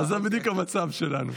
זה בדיוק המצב שלנו.